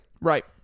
Right